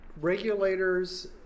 regulators